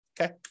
Okay